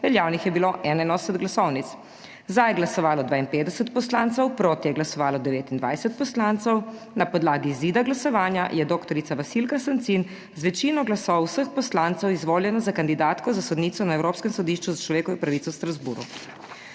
veljavnih je bilo 81 glasovnic. Za je glasovalo 52 poslancev, proti je glasovalo 29 poslancev. Na podlagi izida glasovanja je dr. Vasilka Sancin z večino glasov vseh poslancev izvoljena za kandidatko za sodnico na Evropskem sodišču za človekove pravice v Strasbourgu.